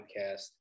podcast